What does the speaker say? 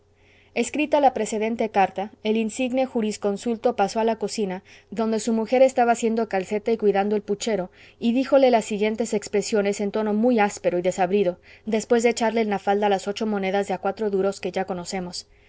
escrita la precedente carta el insigne jurisconsulto pasó a la cocina donde su mujer estaba haciendo calceta y cuidando el puchero y díjole las siguientes expresiones en tono muy áspero y desabrido después de echarle en la falda las ocho monedas de a cuatro duros que ya conocemos